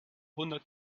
hundert